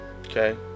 okay